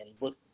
look